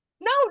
No